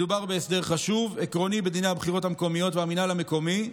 מדובר בהסדר חשוב ועקרוני בדיני הבחירות המקומיות והמינהל המקומי,